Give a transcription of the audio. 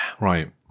Right